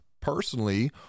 personally